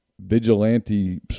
vigilante